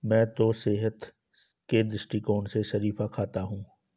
मैं तो सेहत के दृष्टिकोण से शरीफा खाता हूं